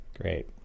Great